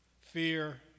fear